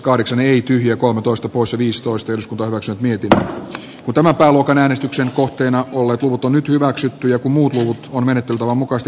äänestin ei tyhjiä kolmetoista kuusi viistoista toivosen mietintö ja tämä pääluokan äänestyksen kohteena olleet luvut on nyt hyväksytty joku muukin on menettelytavan mukaista